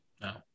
No